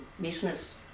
business